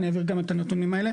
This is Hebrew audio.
אני אעביר גם את הנתונים האלה,